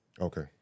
okay